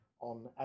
on